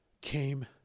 came